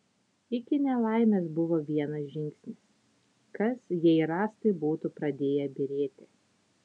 iki nelaimės buvo vienas žingsnis kas jei rąstai būtų pradėję byrėti